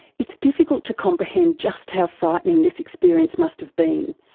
it's difficult to comprehend just how frightening this experience must have been,